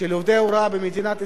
של עובדי הוראה במדינת ישראל.